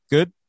Good